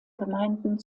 gemeinden